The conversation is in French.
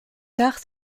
tard